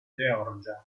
georgia